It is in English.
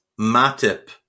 Matip